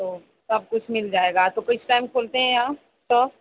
تو سب کچھ مِل جائے گا تو کس ٹائم کھولتے ہیں آپ شاپ